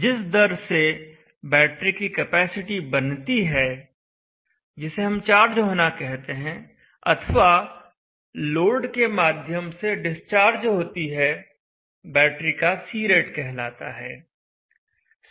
जिस दर से बैटरी की कैपेसिटी बनती है जिसे हम चार्ज होना कहते हैं अथवा लोड के माध्यम से डिस्चार्ज होती है बैटरी का C रेट कहलाता है